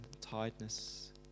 tiredness